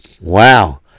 Wow